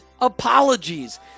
apologies